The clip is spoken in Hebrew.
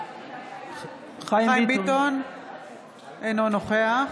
ביטון, אינו נוכח